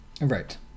Right